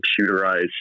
computerized